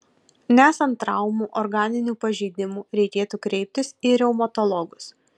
nesant traumų organinių pažeidimų reikėtų kreiptis į reumatologus